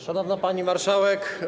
Szanowna Pani Marszałek!